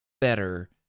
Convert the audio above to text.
better